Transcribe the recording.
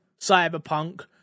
cyberpunk